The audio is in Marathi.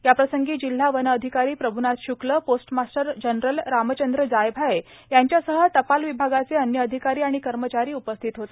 याप्रसंगी जिल्हा वनअधिकारी प्रभूनाथ श्क्ल पोस्टमास्टर जनरल रामचंद्र जायभाये यांच्यासह टपाल विभागाचे अन्य अधिकारी आणि कर्मचारी उपस्थित होते